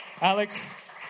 Alex